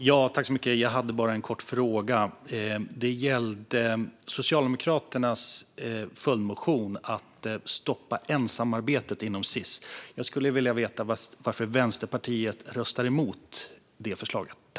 Fru talman! Jag har bara en kort fråga. Den gäller Socialdemokraternas följdmotion om att stoppa ensamarbetet inom Sis. Jag skulle vilja veta varför Vänsterpartiet röstar emot det förslaget.